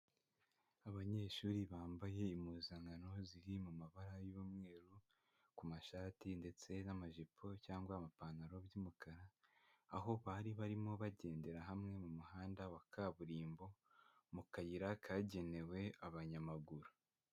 Abanyeshuri bambaye impuzankano ziri mu mabara y'umweru, ku mashati ndetse n'amajipo cyangwa amapantaro by'umukara, aho bari barimo bagendera hamwe mu muhanda wa kaburimbo mu kayira kagenewe abanyamaguru.